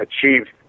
achieved